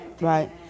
Right